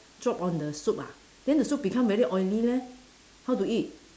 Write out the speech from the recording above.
drop on the soup ah then the soup become very oily leh how to eat